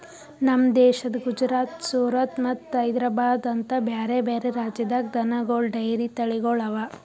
ನಮ್ ದೇಶದ ಗುಜರಾತ್, ಸೂರತ್ ಮತ್ತ ಹೈದ್ರಾಬಾದ್ ಅಂತ ಬ್ಯಾರೆ ಬ್ಯಾರೆ ರಾಜ್ಯದಾಗ್ ದನಗೋಳ್ ಡೈರಿ ತಳಿಗೊಳ್ ಅವಾ